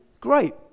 Great